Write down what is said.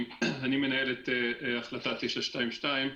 אני מנהל את החלטה 922,